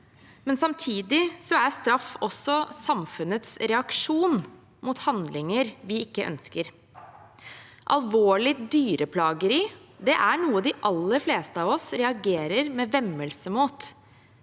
men samtidig er straff samfunnets reaksjon mot handlinger vi ikke ønsker. Alvorlig dyreplageri er noe de aller fleste av oss reagerer med vemmelse mot.